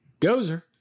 Gozer